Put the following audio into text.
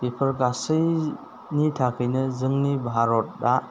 बेफोर गासैनि थाखायनो जोंनि भारतआ